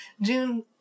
June